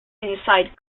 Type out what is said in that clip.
inside